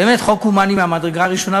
באמת חוק הומני מהמדרגה הראשונה,